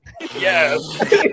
Yes